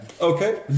Okay